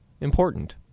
important